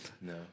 No